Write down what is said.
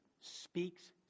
speaks